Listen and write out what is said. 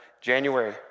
January